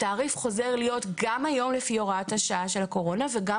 התעריף חוזר להיות גם היום לפי הוראת השעה של הקורונה וגם